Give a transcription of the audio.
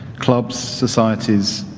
clubs, societies,